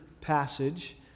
passage